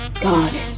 God